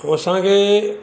पोइ असांखे